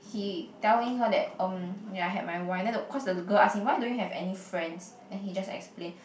he telling her that um ya I had my wife then the cause the girl ask him why don't you have any friends then he just explain